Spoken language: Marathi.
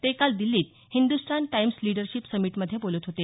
ते काल दिल्लीत हिंदुस्थान टाईम्स लीडरशीप समिटमध्ये बोलत होते